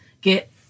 get